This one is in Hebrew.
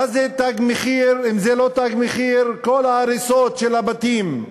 מה זה אם לא "תג מחיר", כל ההריסות של הבתים.